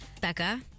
Becca